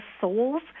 souls